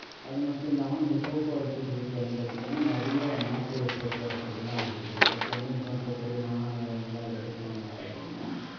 அது மட்டும் இல்லாமல் இந்த போக்குவரத்துகளுக்கு வந்து பார்த்தீங்கன்னா நிறையா மாற்று போக்குவரத்துகளெலாம் இருக்குது இப்போ சென்னை போன்ற பெரும் மாநகரங்களில் எடுத்துகிட்டோம் அப்படினு பார்த்தீங்கன்னா